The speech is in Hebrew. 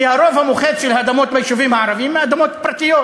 כי הרוב המוחץ של האדמות ביישובים הערביים הן אדמות פרטיות.